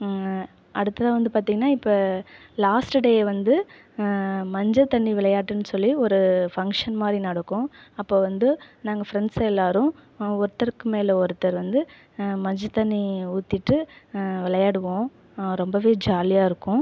அடுத்ததாக வந்து பார்த்தீங்கனா இப்ப லாஸ்ட் டே வந்து மஞ்சள் தண்ணி விளையாட்டுன்னு சொல்லி ஒரு ஃபங்க்ஷன் மாதிரி நடக்கும் அப்போது வந்து நாங்கள் ஃப்ரண்ட்ஸ் எல்லாரும் ஒருத்தருக்கு மேல் ஒருத்தர் வந்து மஞ்சள் தண்ணி ஊற்றிட்டு விளையாடுவோம் ரொம்பவே ஜாலியாக இருக்கும்